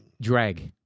Drag